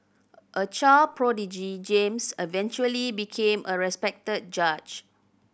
a child prodigy James eventually became a respected judge